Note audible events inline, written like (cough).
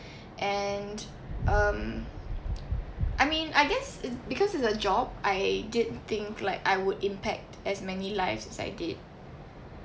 (breath) and (um)I mean I guess it's because it's a job I didn't think like I would impact as many lives as I did